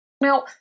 Now